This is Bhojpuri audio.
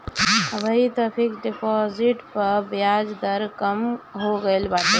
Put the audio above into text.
अबही तअ फिक्स डिपाजिट पअ बियाज दर कम हो गईल बाटे